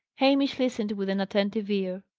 hamish listened with an attentive ear.